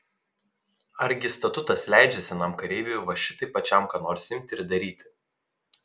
argi statutas leidžia senam kareiviui va šitaip pačiam ką nors imti ir daryti